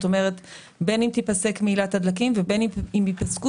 בין אם תיפסק מהילת הדלקים ובין אם ייפסקו